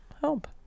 help